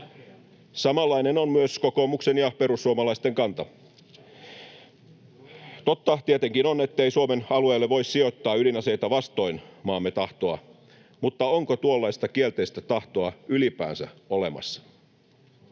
Samanlainen on myös kokoomuksen ja perussuomalaisten kanta. Totta tietenkin on, ettei Suomen alueelle voi sijoittaa ydinaseita vastoin maamme tahtoa, mutta onko tuollaista kielteistä tahtoa ylipäänsä olemassa?